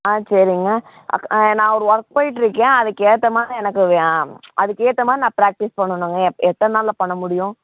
ஆ சரிங்க அக் நான் ஒரு ஒர்க் போய்கிட்ருக்கேன் அதுக்கு ஏற்ற மாதிரி எனக்கு வெ அதுக்கு ஏற்ற மாதிரி நான் ப்ராக்டிஸ் பண்ணணுங்கள் எத் எத்தனை நாள்லேங்க பண்ண முடியும்